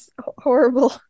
horrible